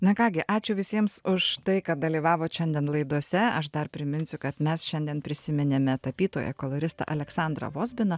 na ką gi ačiū visiems už tai kad dalyvavot šiandien laidose aš dar priminsiu kad mes šiandien prisiminėme tapytoją koloristą aleksandrą vozbiną